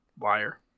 Liar